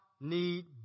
need